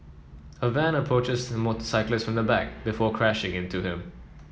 a van approaches the motorcyclist from the back before crashing into him